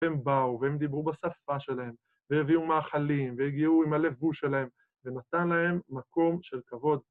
הם באו, והם דיברו בשפה שלהם, והביאו מאכלים, והגיעו עם הלבוש שלהם, ונתן להם מקום של כבוד.